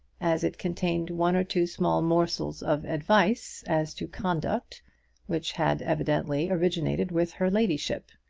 as it contained one or two small morsels of advice as to conduct which had evidently originated with her ladyship.